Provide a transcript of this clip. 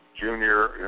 Junior